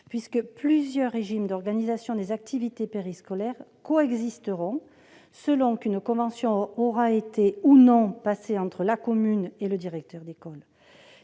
: plusieurs régimes d'organisation des activités périscolaires coexisteront selon qu'une convention aura été passée, ou non, entre la commune et le directeur d'école.